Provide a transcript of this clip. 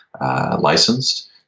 licensed